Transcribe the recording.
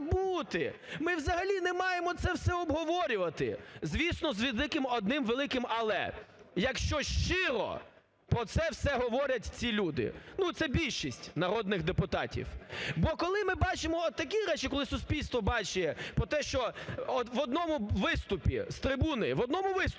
Ми, взагалі, не маємо це все обговорювати. Звісно, з одним великим "але", якщо щиро про це все говорять ці люди, ну це більшість народних депутатів. Бо коли ми бачимо от такі речі, коли суспільство бачить про те, що в одному виступі з трибуни… в одному виступі